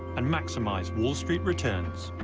and maximise wall street returns.